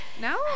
no